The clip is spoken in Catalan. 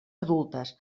adultes